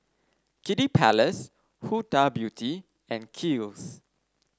Kiddy Palace Huda Beauty and Kiehl's